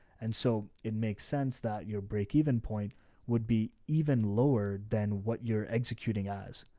and so it makes sense that your break even point would be even lower than what you're executing us.